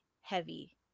heavy